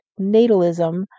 natalism